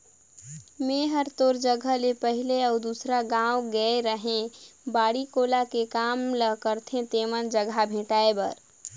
मेंए हर तोर जगह ले पहले अउ दूसर गाँव गेए रेहैं बाड़ी कोला के काम ल करथे तेमन जघा भेंटाय बर